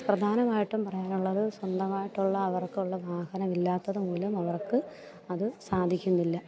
പ്രധാനമായിട്ടും പറയാനുള്ളത് സ്വന്തമായിട്ടുള്ള അവർക്കുള്ള വാഹനമില്ലാത്തത് മൂലം അവർക്ക് അത് സാധിക്കുന്നില്ല